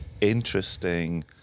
interesting